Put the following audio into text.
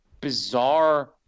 bizarre